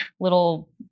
little